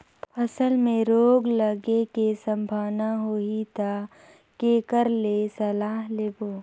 फसल मे रोग लगे के संभावना होही ता के कर ले सलाह लेबो?